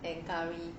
and theory